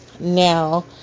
Now